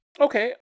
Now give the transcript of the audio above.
Okay